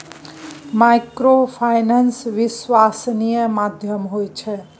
Microfinance विश्वासनीय माध्यम होय छै?